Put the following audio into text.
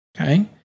okay